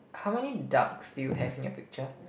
how many ducks do you have in your picture